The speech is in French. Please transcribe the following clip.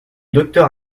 docteur